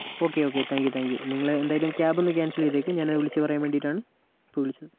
okay okay thank you thank you നിങ്ങളെന്തായാലും cab cancel ചെയ്തേക്ക് ഞാനത് വിളിച്ച് പറയാൻ വേണ്ടിയിട്ടാണ് ഇപ്പം വിളിച്ചത്